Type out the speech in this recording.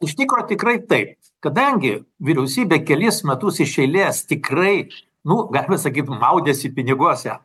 iš tikro tikrai taip kadangi vyriausybė kelis metus iš eilės tikrai nu galima sakyt maudėsi piniguose